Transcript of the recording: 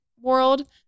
world